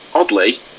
Oddly